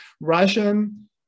Russian